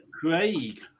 Craig